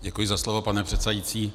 Děkuji za slovo, pane předsedající.